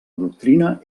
doctrina